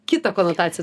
kitą konotaciją